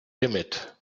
limit